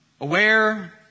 aware